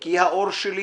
כי האור שלי